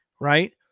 right